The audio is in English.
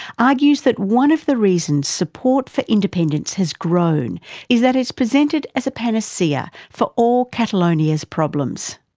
argues that one of the reasons support for independence has grown is that it's presented as a panacea for all catalonia's problems.